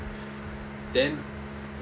then